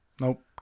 nope